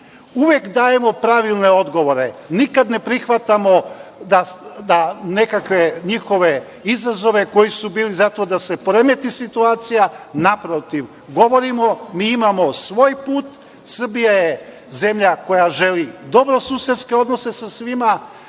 Uvek dajemo pravilne odgovore, nikad ne prihvatamo nekakve njihove izazove koji su bili za to da se poremeti situacija. Naprotiv, govorimo da mi imamo svoj put. Srbija je zemlja koja želi dobrosusedske odnose sa svima.